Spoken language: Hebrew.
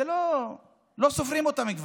כבר לא סופרים אותן.